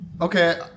Okay